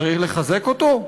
צריך לחזק אותו?